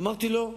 ואמרתי: לא.